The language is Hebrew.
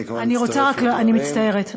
אני מצטערת.